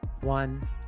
one